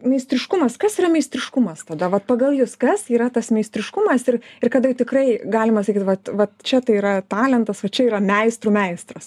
meistriškumas kas yra meistriškumas tada vat pagal jus kas yra tas meistriškumas ir ir kada jau tikrai galima sakyt vat va čia tai yra talentas va čia yra meistrų meistras